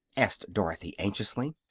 asked dorothy, anxiously.